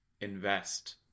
invest